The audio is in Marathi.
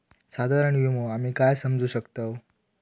साधारण विमो आम्ही काय समजू शकतव?